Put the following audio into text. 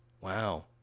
Wow